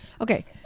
Okay